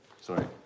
Sorry